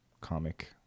comic